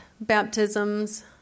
baptisms